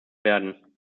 werden